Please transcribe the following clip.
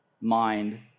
mind